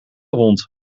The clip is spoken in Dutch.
hond